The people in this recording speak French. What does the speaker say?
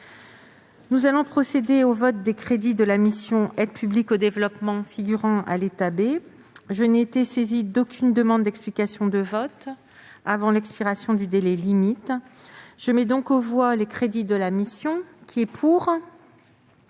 Nous allons procéder au vote des crédits de la mission « Aide publique au développement », figurant à l'état B. Je n'ai été saisie d'aucune demande d'explication de vote avant l'expiration du délai limite. Je mets aux voix ces crédits. J'appelle en discussion